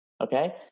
okay